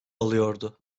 alıyordu